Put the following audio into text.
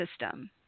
system